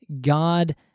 God